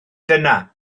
dyna